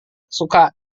suka